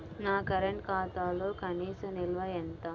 నా కరెంట్ ఖాతాలో కనీస నిల్వ ఎంత?